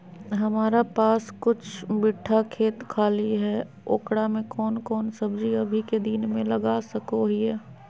हमारा पास कुछ बिठा खेत खाली है ओकरा में कौन कौन सब्जी अभी के दिन में लगा सको हियय?